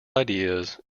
ideas